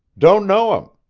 don't know him.